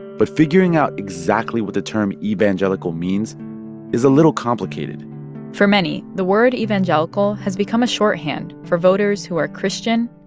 but figuring out exactly what the term evangelical means is a little complicated for many, the word evangelical has become a shorthand for voters who are christian,